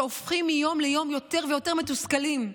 שהופכים מיום ליום יותר ויותר מתוסכלים.